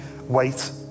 wait